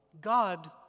God